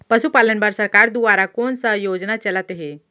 पशुपालन बर सरकार दुवारा कोन स योजना चलत हे?